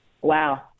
Wow